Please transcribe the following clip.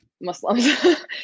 Muslims